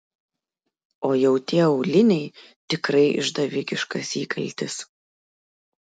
o jau tie auliniai tikrai išdavikiškas įkaltis